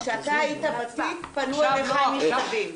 כשאתה היית ותיק, פנו אליך עם מכתבים.